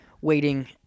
waiting